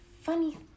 funny